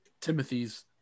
Timothys